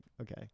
okay